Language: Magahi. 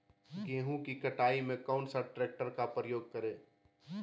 गेंहू की कटाई में कौन सा ट्रैक्टर का प्रयोग करें?